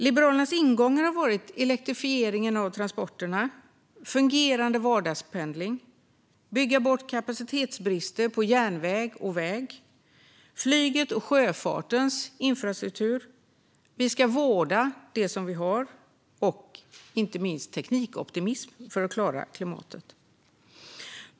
Liberalernas ingångar har varit elektrifiering av transporterna, fungerande vardagspendling, att bygga bort kapacitetsbrister på järnväg och väg, flygets och sjöfartens infrastruktur, att vi ska vårda det vi har och inte minst att det behövs teknikoptimism för att klara klimatet.